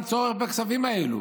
אין צורך בכספים הללו,